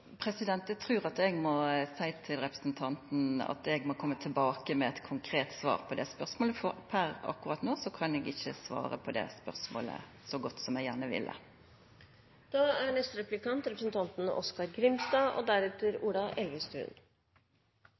Eg trur eg må seia til representanten Andersen Eide at eg må koma tilbake med eit konkret svar på det spørsmålet, for akkurat no kan eg ikkje svara på det spørsmålet så godt som eg gjerne